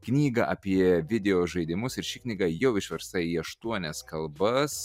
knygą apie videožaidimus ir ši knyga jau išversta į aštuonias kalbas